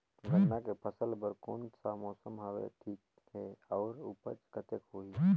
गन्ना के फसल बर कोन सा मौसम हवे ठीक हे अउर ऊपज कतेक होही?